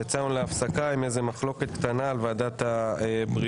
יצאנו להפסקה עם איזו מחלוקת קטנה על ועדת הבריאות.